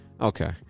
Okay